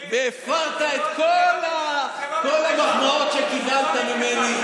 והפרת את כל המחמאות שקיבלת ממני,